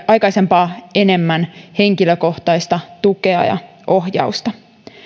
aikaisempaa enemmän henkilökohtaista tukea ja ohjausta